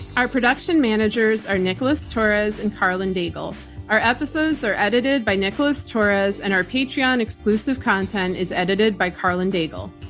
our production managers are nicholas torres and karlyn daigle. our episodes are edited by nicholas torres and our patreon exclusive content is edited by karlyn daigle.